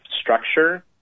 structure